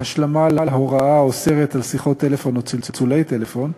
בהשלמה להוראה האוסרת שיחות טלפון או צלצולי טלפון,